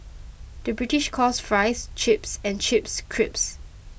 the British calls Fries Chips and Chips Crisps